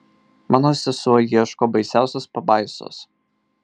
mano sesuo ieško baisiausios pabaisos